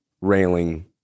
railing